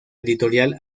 editorial